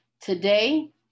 Today